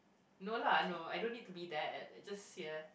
no lah no I don't need to be there just here